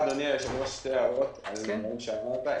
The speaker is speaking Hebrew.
ברשותך, אדוני היושב-ראש, שתי הערות על מה שאמרת.